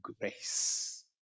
grace